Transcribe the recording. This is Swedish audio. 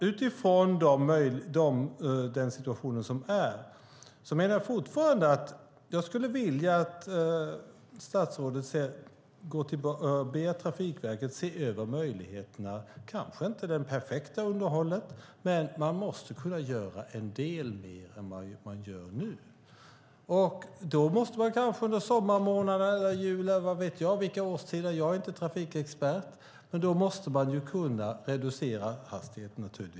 Utifrån den situation som råder skulle jag fortfarande vilja att statsrådet ber Trafikverket att se över möjligheterna. Man kanske inte kan ha det perfekta underhållet, men man måste kunna göra mer än vad man gör nu. Kanske måste man under sommarmånaderna eller julen - jag vet inte vilka årstider för jag är ingen trafikexpert - reducera hastigheten.